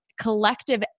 collective